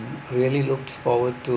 really looked forward to